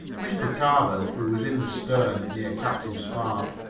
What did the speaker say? mr. tarbill, who was in the stern, near captain spark,